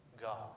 God